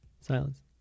Silence